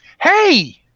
Hey